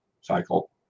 cycle